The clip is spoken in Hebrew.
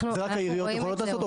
זה רק העיריות יכולות לעשות,